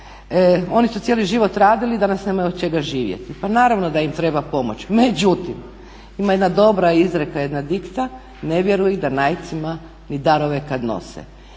Oni su cijeli život radili, danas nemaju od čega živjeti. Pa naravno da im treba pomoći. Međutim, ima jedna dobra izreka jedna edikta, "Ne vjeruj Danajcima ni darove kada nose"